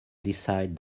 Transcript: decide